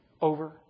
Over